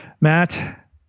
matt